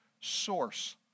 source